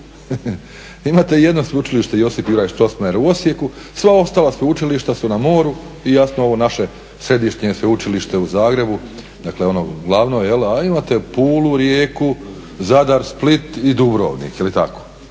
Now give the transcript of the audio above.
Imate jednoj Sveučilište Josip Juraj Strossmayer u Osijeku, sva ostala sveučilišta su na moru i jasno ovo naše središnje sveučilište u Zagrebu dakle ono glavno, a imate Pulu, Rijeku, Zadar, Split i Dubrovnik, 5 morskih